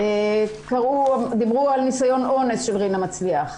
דיברו על ניסיון אונס של רינה מצליח.